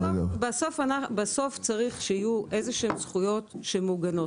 בסוף צריך שיהיו איזה שהן זכויות שמוגנות.